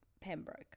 pembroke